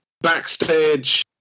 Backstage